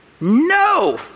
No